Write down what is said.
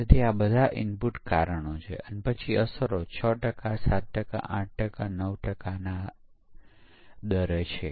પરંતુ આ ખ્યાલ ખૂબ જ મહત્વપૂર્ણ છે કે પ્રોગ્રામર દ્વારા રજૂ કરી શકાય તેવા વિવિધ પ્રકારના દોષો છે